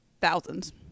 thousands